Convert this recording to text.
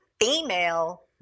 female